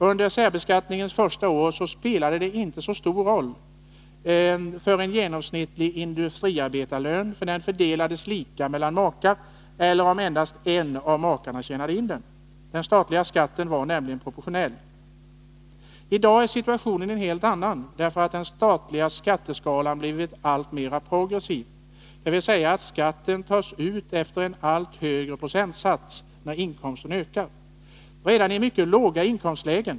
Under särbeskattningens första år spelade det inte så stor roll om en genomsnittlig industriarbetarlön fördelades lika mellan makarna eller om endast en av dem tjänade in den. Den statliga skatten var nämligen proportionell. I dag är situationen en helt annan, därför att den statliga skatteskalan blivit alltmer progressiv — dvs. skatten tas ut efter en högre procentsats allteftersom inkomsten ökar — redan i mycket låga inkomstlägen.